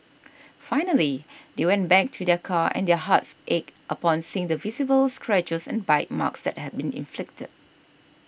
finally they went back to their car and their hearts ached upon seeing the visible scratches and bite marks that had been inflicted